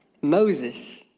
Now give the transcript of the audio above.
Moses